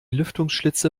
lüftungsschlitze